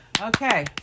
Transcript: Okay